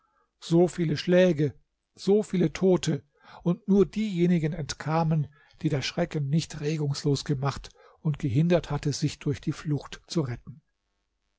so viele schläge so viele tote und nur diejenigen entkamen die der schrecken nicht regungslos gemacht und gehindert hatte sich durch die flucht zu retten